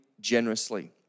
generously